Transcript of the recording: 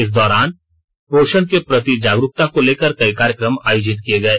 इस दौरान पोषण के प्रति जागरूकता को लेकर कई कार्यक्रम आयोजित किये गये